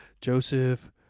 Joseph